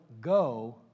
go